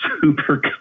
super